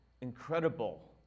incredible